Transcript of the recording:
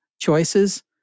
choices